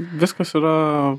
viskas yra